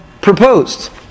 proposed